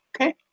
okay